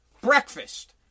Breakfast